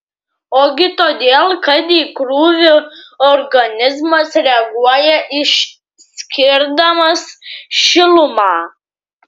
ogi todėl kad į krūvį organizmas reaguoja išskirdamas šilumą